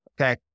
Okay